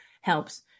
helps